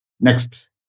Next